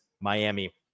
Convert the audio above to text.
Miami